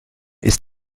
ist